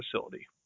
facility